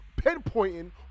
pinpointing